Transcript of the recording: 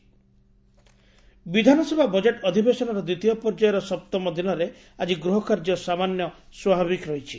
ବିଧାନସଭା ବିଧାନସଭା ବଜେଟ୍ ଅଧିବେସନର ଦିତୀୟ ପର୍ଯ୍ୟାୟର ସପ୍ତମ ଦିନରେ ଆକି ଗୃହକାର୍ଯ୍ୟ ସାମାନ୍ୟ ସ୍ୱାଭାବିକ ରହିଛି